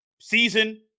season